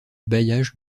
bailliage